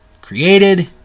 created